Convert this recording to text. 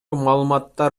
маалыматтар